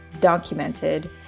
documented